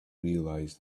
realise